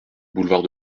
boulevard